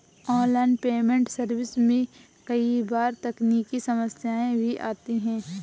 online payment service में कई बार तकनीकी समस्याएं भी आती है